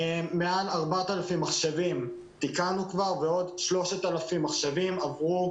מעל 4,000 מחשבים תיקנו כבר ועוד 3,000 מחשבים עברו